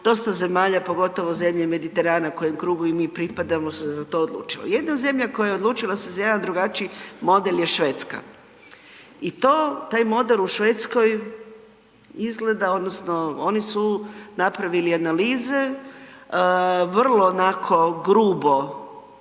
dosta zemlja, pogotovo zemlje Mediterana kojem krugu i mi pripadamo su se za to odlučile. Jedna zemlja koja se odlučila za jedan drugačiji model je Švedska i taj model u Švedskoj, oni su napravili analize, vrlo grubo